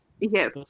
Yes